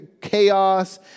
chaos